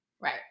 Right